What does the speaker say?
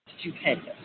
stupendous